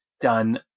done